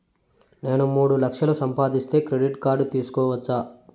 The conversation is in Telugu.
నేను మూడు లక్షలు సంపాదిస్తే క్రెడిట్ కార్డు తీసుకోవచ్చా?